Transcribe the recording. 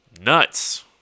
nuts